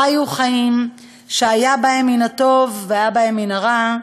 חיו חיים שהיה בהם מן הטוב והיה בהם מן הרע,